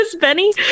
Benny